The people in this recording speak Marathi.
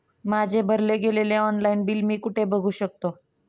माझे भरले गेलेले ऑनलाईन बिल मी कुठे बघू शकतो?